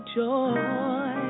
joy